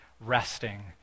resting